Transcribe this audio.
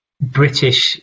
British